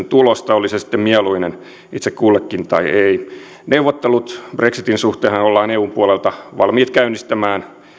tulosta oli se sitten mieluinen itse kullekin tai ei neuvotteluthan brexitin suhteen ollaan eun puolelta valmiit käynnistämään